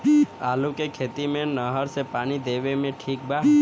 आलू के खेती मे नहर से पानी देवे मे ठीक बा?